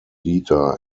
dieter